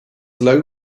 low